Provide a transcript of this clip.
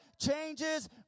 changes